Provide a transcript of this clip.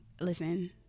Listen